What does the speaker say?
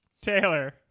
Taylor